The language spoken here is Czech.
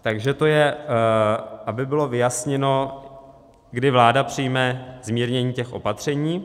Takže to je, aby bylo vyjasněno, kdy vláda přijme zmírnění těch opatření.